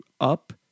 up